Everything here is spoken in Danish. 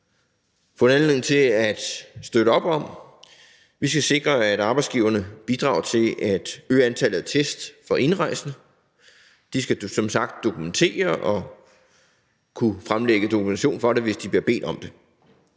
anledning til at støtte op om. Vi skal sikre, at arbejdsgiverne bidrager til at øge antallet af test for indrejsende. De skal som sagt sørge for det og kunne fremlægge dokumentation for det, hvis de bliver bedt om det.